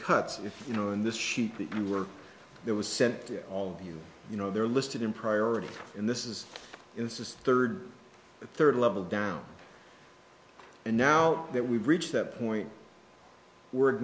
cuts if you know in this sheet that you were there was sent to all of you you know they're listed in priority and this is insist third a third level down and now that we've reached that point we're i